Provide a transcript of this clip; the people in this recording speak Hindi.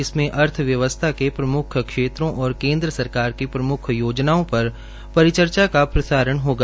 इसमें अर्थव्यवसथा के प्रम्ख क्षेत्रों और केन्द्र सरकार की प्रम्ख योजनाओं पर परिचर्चा का प्रसारण होगा